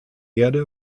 erde